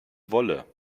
wolle